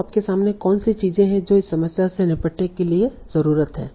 तो आपके सामने कौन सी चीजें हैं जो इस समस्या से निपटने के लिए जरूरत है